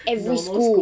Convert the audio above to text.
every school